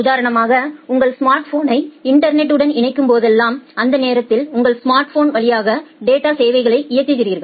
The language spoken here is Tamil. உதாரணமாக உங்கள் ஸ்மார்ட்போனை இன்டர்நெட் உடன் இணைக்கும்போதெல்லாம் அந்த நேரத்தில் உங்கள் ஸ்மார்ட்போன் வழியாக டேட்டா சேவைகளை இயக்குகிறீர்கள்